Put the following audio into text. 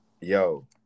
yo